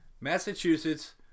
Massachusetts